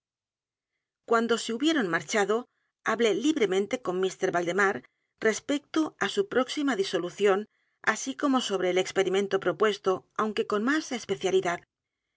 guando se hubieron marchado hablé libremente con mr valdemar respecto á su próxima disolución así como sobre el experimento propuesto aunque con más especialidad